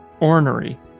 ornery